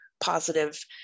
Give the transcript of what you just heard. positive